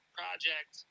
project